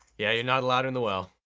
yeah, you're not allowed in the well.